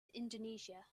indonesia